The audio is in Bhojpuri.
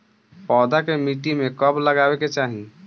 पौधा के मिट्टी में कब लगावे के चाहि?